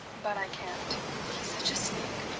but i can't he's such a sneak!